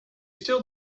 still